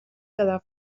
quedar